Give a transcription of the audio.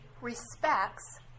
respects